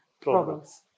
problems